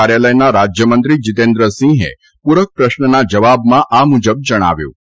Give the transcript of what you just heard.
કાર્યાલયના રાજ્યમંત્રી જીતેન્દ્રસિંહે પૂરક પ્રશ્નના જવાબમાં આ મુજબ જણાવ્યું હતું